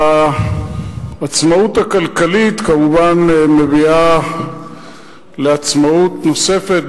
העצמאות הכלכלית כמובן מביאה לעצמאות נוספת,